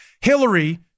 Hillary